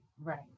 right